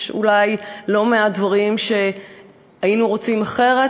יש אולי לא מעט דברים שהיינו רוצים אחרת,